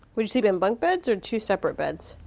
would you sleep in bunk beds or two separate beds?